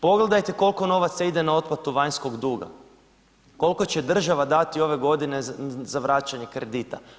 Pogledajte koliko novaca ide na otplatu vanjskog duga, koliko će država dati ove godine za vraćanje kredita.